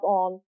on